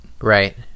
Right